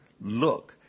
Look